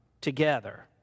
together